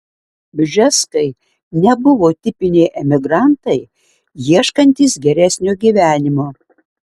bžeskai nebuvo tipiniai emigrantai ieškantys geresnio gyvenimo